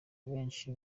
benshi